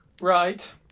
Right